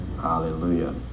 Hallelujah